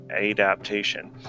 adaptation